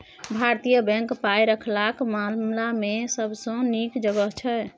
भारतीय बैंक पाय रखबाक मामला मे सबसँ नीक जगह छै